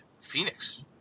Phoenix